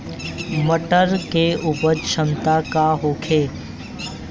मटर के उपज क्षमता का होखे?